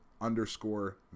underscore